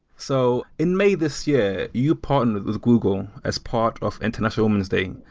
so in may this year, you partnered with google as part of international women's day,